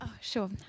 sure